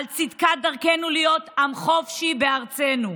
על צדקת דרכנו להיות עם חופשי בארצנו.